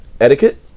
etiquette